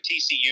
TCU